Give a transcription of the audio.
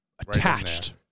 attached